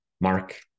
Mark